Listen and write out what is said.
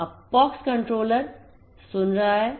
अब POX controller सुन रहा है